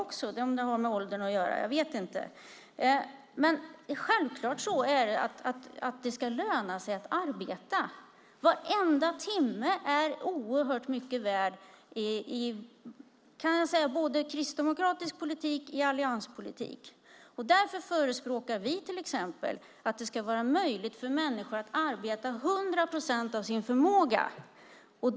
Det kanske har med åldern att göra. Självklart ska det löna sig att arbeta. Varenda timme är oerhört mycket värd i både kristdemokratisk politik och allianspolitiken. Därför förespråkar vi till exempel att det ska vara möjligt för människor att arbeta 100 procent av sin förmåga.